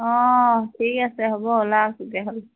ঠিক আছে হ'ব ওলাওক তেতিয়াহ'লে